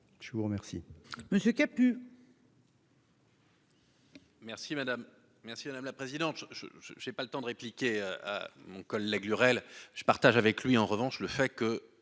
Je vous remercie